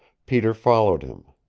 peter followed him.